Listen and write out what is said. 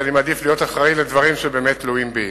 אם כי אני מעדיף להיות אחראי לדברים שבאמת תלויים בי.